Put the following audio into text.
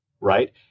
right